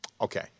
Okay